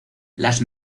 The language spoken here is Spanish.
las